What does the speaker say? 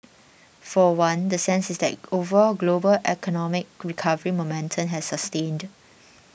for one the sense is that overall global economic recovery momentum has sustained